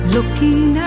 looking